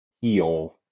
heal